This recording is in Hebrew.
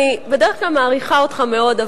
אני בדרך כלל מעריכה אותך מאוד,